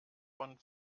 von